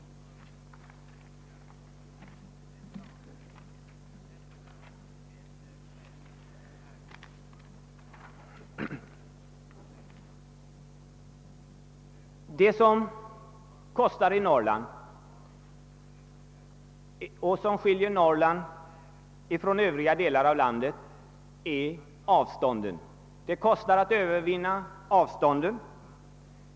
Det som kostar i Norrland och som skiljer Norrland från den övriga delen av landet är avstånden. Det kostar att övervinna avstånd.